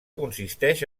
consisteix